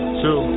two